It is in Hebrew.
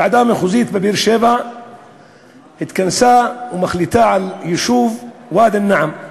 ועדה מחוזית בבאר-שבע התכנסה והחליטה על היישוב ואדי-אל-נעם,